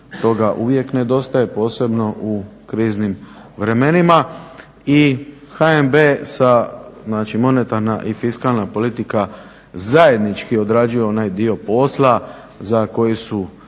toga uvijek nedostaje posebno u kriznim vremenima. I HNB sa, znači monetarna i fiskalna politika zajednički odrađuju onaj dio posla za koji su